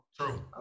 True